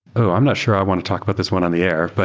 so i'm not sure i want to talk about this one on the air. but